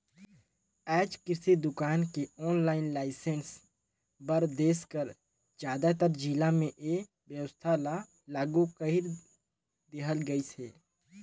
आएज किरसि दुकान के आनलाईन लाइसेंस बर देस कर जादातर जिला में ए बेवस्था ल लागू कइर देहल गइस अहे